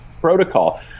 protocol